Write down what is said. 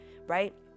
Right